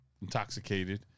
intoxicated